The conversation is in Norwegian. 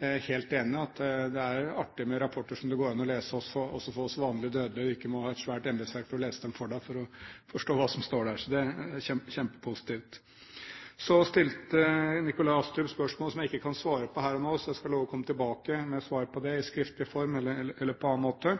Jeg er helt enig i at det er artig med rapporter som det går an å lese også for oss vanlige dødelige, og at vi ikke må ha et svært embetsverk til å lese dem for oss for å forstå hva som står der. Så det er kjempepositivt. Så stilte Nikolai Astrup spørsmål som jeg ikke kan svare på her og nå. Jeg skal love å komme tilbake med svar på det i skriftlig form eller på annen måte.